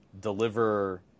deliver